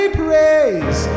praise